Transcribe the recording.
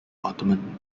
ottoman